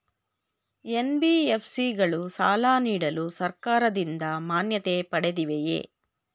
NBFC ಗಳು ಸಾಲ ನೀಡಲು ಸರ್ಕಾರದಿಂದ ಮಾನ್ಯತೆ ಪಡೆದಿವೆಯೇ?